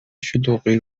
شلوغی